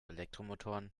elektromotoren